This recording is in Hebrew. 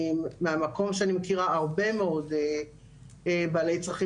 מהמקום שאני מכירה הרבה מאוד בעלי צרכים